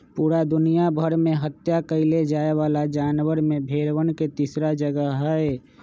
पूरा दुनिया भर में हत्या कइल जाये वाला जानवर में भेंड़वन के तीसरा जगह हई